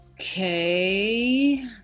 Okay